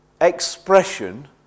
expression